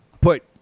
put